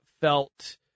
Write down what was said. felt